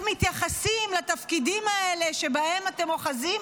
איך מתייחסים לתפקידים האלה שבהם אתם אוחזים.